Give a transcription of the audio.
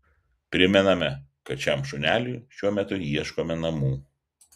primename kad šiam šuneliui šiuo metu ieškome namų